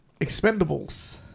Expendables